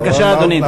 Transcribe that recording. בבקשה, אדוני.